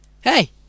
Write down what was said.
Hey